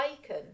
bacon